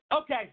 Okay